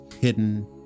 hidden